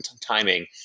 timing